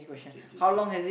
change change change